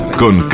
con